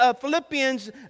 Philippians